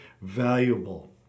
valuable